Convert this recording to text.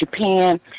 Japan